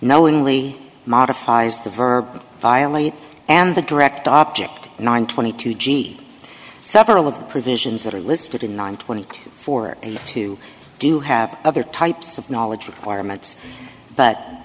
knowingly modifies the verb violate and the direct object nine twenty two g several of the provisions that are listed in one twenty four and two do have other types of knowledge requirements but